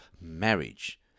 marriage